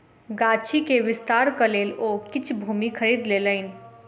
गाछी के विस्तारक लेल ओ किछ भूमि खरीद लेलैन